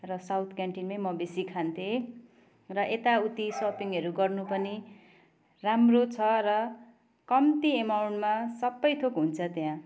र साउथ क्यानटिनमै म बेसी खान्थेँ र यताउति सपिङहरू गर्नु पनि राम्रो छ र कम्ती अमाउन्टमा सबै थोक हुन्छ त्यहाँ